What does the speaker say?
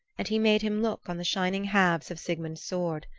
and he made him look on the shining halves of sigmund's sword.